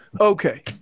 Okay